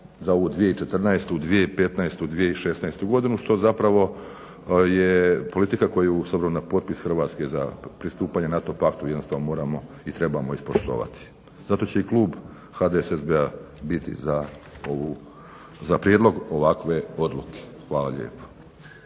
za ovu 2014., 2015., 2016. godinu što zapravo je politika koju s obzirom na potpis Hrvatske za pristupanje NATO paktu jednostavno moramo i trebamo ispoštovati. Zato će i Klub HDSSB-a biti za ovu, za prijedlog ovakve odluke. Hvala lijepo.